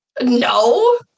no